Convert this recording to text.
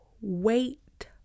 wait